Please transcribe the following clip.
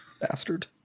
Bastard